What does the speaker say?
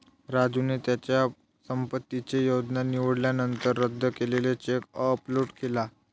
राजूने त्याच्या पसंतीची योजना निवडल्यानंतर रद्द केलेला चेक अपलोड केला